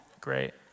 Great